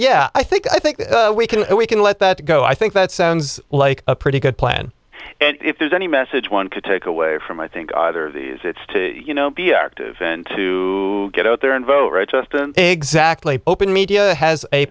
yeah i think i think we can we can let that go i think that sounds like a pretty good plan and if there's any message one could take away from i think either of these it's to you know be active and to get out there and vote right justin exactly open media has a